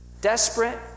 desperate